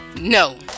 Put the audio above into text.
no